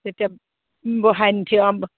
তেতিয়া বহাই নি থ অ